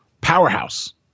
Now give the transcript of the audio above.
powerhouse